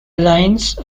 lines